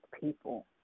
people